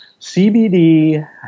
CBD